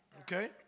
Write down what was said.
Okay